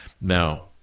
Now